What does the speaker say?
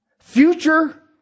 Future